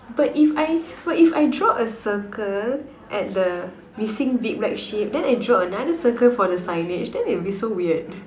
but if I but if I draw a circle at the missing big black sheep then I draw another circle for the signage then it would be so weird